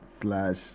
slash